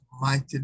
mighty